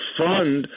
fund